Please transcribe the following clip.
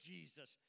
Jesus